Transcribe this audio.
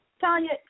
Tanya